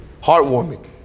heartwarming